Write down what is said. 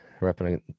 Repping